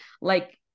Like-